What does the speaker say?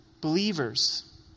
Believers